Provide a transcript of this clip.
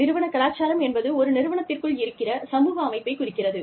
நிறுவன கலாச்சாரம் என்பது ஒரு நிறுவனத்திற்குள் இருக்கிற சமூக அமைப்பைக் குறிக்கிறது